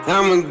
I'ma